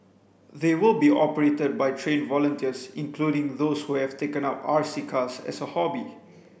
they will be operated by trained volunteers including those who have taken up R C cars as a hobby